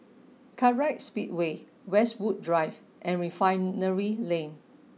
Kartright Speedway Westwood Drive and Refinery Lane